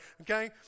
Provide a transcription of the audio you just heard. okay